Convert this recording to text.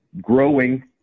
growing